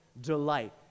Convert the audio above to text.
delight